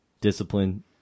discipline